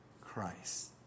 Christ